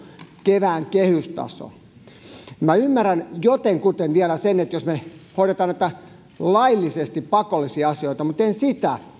kevään kehystaso ymmärrän jotenkuten vielä sen että me hoidamme näitä laillisesti pakollisia asioita mutta en sitä